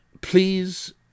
please